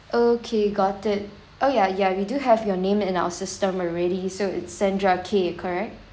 okay got it oh yeah yeah we do have your name in our system already so it's sandra K correct